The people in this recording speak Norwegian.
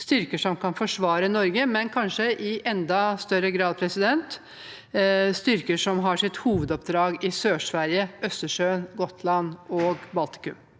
styrker som kan forsvare Norge, men kanskje i enda større grad styrker som har sitt hovedoppdrag i Sør-Sverige, Østersjøen, Gotland og Baltikum.